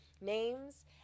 names